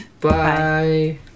Bye